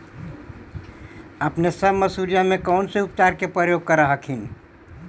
अपने सब मसुरिया मे कौन से उपचार के प्रयोग कर हखिन?